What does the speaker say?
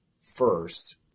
first